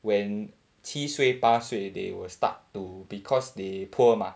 when 七八岁 they will start to because they poor mah